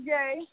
Yay